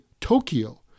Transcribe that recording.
Tokyo